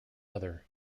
other